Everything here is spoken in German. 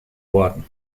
worden